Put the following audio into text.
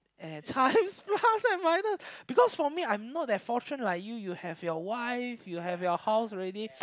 at times plus and minus because for me I'm not that fortune like you you have your wife you have your house already